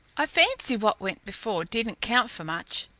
i fancy what went before didn't count for much.